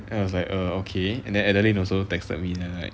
and I was like err okay and then adeline also texted me then I like